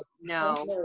no